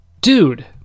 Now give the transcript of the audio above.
dude